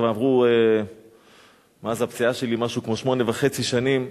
כבר עברו מאז הפציעה שלי משהו כמו שמונה וחצי שנים.